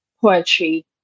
poetry